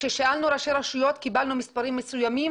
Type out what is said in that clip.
כששאלנו ראשי רשויות קיבלנו מספרים מסוימים,